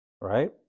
right